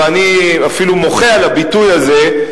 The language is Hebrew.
ואני אפילו מוחה על הביטוי הזה,